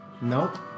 Nope